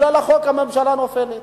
בגלל החוק הממשלה נופלת,